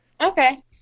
okay